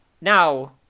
Now